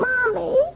Mommy